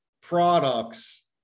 products